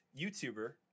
youtuber